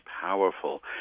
powerful